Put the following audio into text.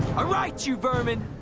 alright, you vermin!